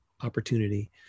opportunity